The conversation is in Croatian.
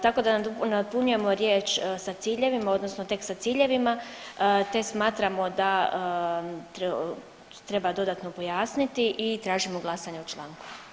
Tako da nadopunjujemo riječ sa ciljevima, odnosno tek sa ciljevima, te smatramo da treba dodatno pojasniti i tražimo glasanje o članku.